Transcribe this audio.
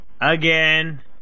again